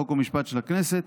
חוק ומשפט של הכנסת,